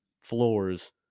floors